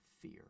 fear